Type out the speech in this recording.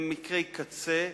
אלה הם מקרי קצה,